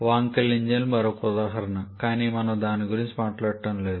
Wankel engine మరొక ఉదాహరణ కానీ మనము దాని గురించి మాట్లాడటం లేదు